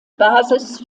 basis